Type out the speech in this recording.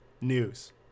news